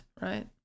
right